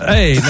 Hey